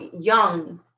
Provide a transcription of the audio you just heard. Young